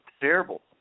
terrible